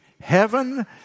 heaven